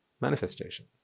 manifestation